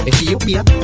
Ethiopia